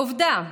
עובדה,